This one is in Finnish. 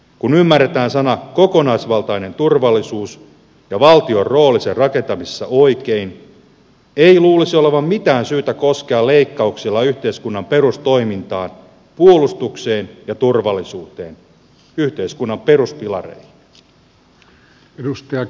kun ymmärretään sanat kokonaisvaltainen turvallisuus ja valtion rooli sen rakentamisessa oikein ei luulisi olevan mitään syytä koskea leikkauksilla yhteiskunnan perustoimintaan puolustukseen ja turvallisuuteen yhteiskunnan peruspilareihin